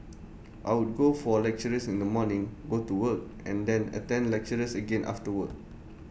I would go for A lectures in the morning go to work and then attend lectures again after work